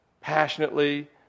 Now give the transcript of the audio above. passionately